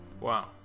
wow